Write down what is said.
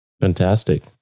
Fantastic